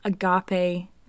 agape